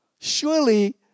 Surely